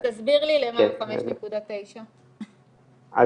אז תסביר לי מה זה 5.9. אני הלכתי לאיבוד.